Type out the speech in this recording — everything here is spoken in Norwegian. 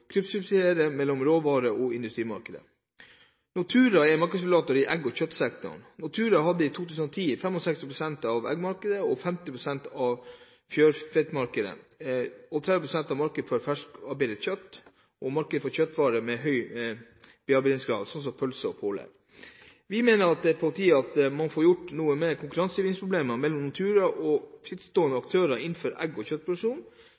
kryssubsidiere mellom råvare- og industrimarkedet. Nortura er markedsregulator i egg- og kjøttsektoren. Nortura hadde i 2010 65 pst. av eggmarkedet, 50 pst. av fjørfemarkedet, 30 pst. av markedet for ferskt/bearbeidet kjøtt og 70 pst. av markedet for kjøttvarer med høy bearbeidingsgrad, som pølser og pålegg. Vi mener at det er på tide å få gjort noe med konkurransevridningsproblemene mellom Nortura og